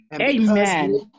Amen